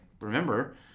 remember